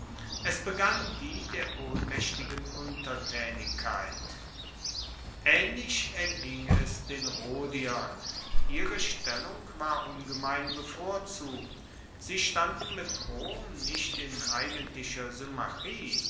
es begann die der ohnmaechtigen untertaenigkeit aehnlich erging es den rhodiern ihre stellung war ungemein bevorzugt sie standen mit rom nicht in eigentlicher symmachie